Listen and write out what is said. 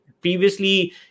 Previously